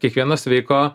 kiekvieno sveiko